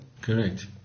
Correct